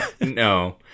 no